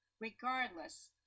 regardless